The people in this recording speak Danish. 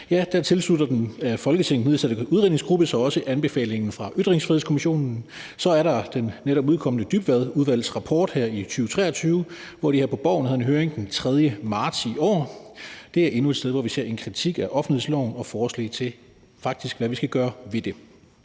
side 451 tilslutter den af Folketinget nedsatte udredningsgruppe sig også anbefalingen fra Ytringsfrihedskommissionen. Så er der den netop udkomne rapport fra Dybvadudvalget her i 2023, hvor der her på Borgen skal være en høring den 3. marts i år; det er endnu et sted, hvor vi ser en kritik af offentlighedsloven og forslag til, hvad vi faktisk skal gøre ved det.